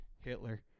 Hitler